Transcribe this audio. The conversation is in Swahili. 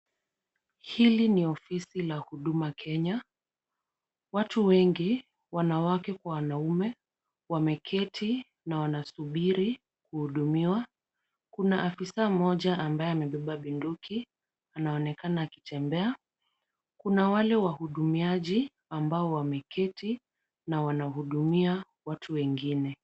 Hii ni ofisi ya Huduma Kenya. Watu wengi wanawake kwa wanaume wameketi na wanasubiri kuhudumiwa. Kuna afisa mmoja ambaye amebeba bunduki, anaonekana akitembea. Kuna wale wahudumiaji ambao wameketi na wanahudumia watu wengine.